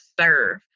serve